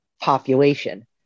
population